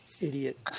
Idiot